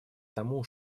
тому